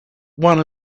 one